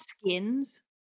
skins